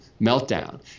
meltdown